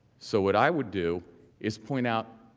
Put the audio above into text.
so what i would do is point out